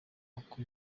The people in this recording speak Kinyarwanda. uko